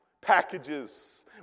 packages